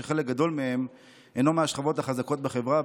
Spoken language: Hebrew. שחלק גדול מהם אינו מהשכבות החזקות בחברה,